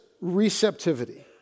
receptivity